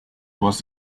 was